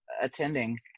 attending